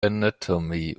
anatomy